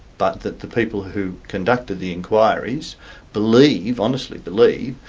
but that the people who conducted the inquiries believe, honestly believe,